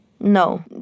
No